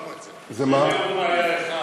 הורדנו את זה.